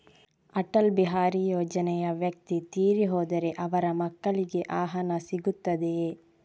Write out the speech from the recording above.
ಅಟಲ್ ಬಿಹಾರಿ ಯೋಜನೆಯ ವ್ಯಕ್ತಿ ತೀರಿ ಹೋದರೆ ಅವರ ಮಕ್ಕಳಿಗೆ ಆ ಹಣ ಸಿಗುತ್ತದೆಯೇ?